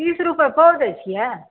तीस रूपये पाव दै छियै